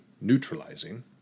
neutralizing